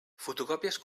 fotocòpies